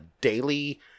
daily